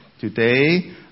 today